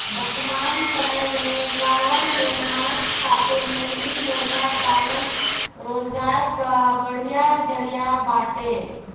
वर्तमान समय में गांवन में मांस खातिर मुर्गी मुर्गा पालन रोजगार कअ बढ़िया जरिया बाटे